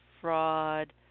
fraud